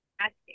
asking